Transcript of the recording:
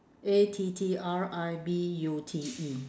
A T T R I B U T E